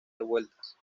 revueltas